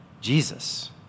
Jesus